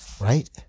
Right